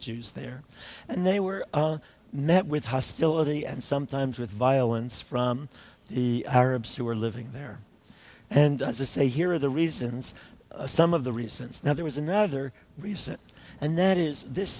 jews there and they were met with hostility and sometimes with violence from the arabs who were living there and say here are the reasons some of the reasons now there was another recent and that is this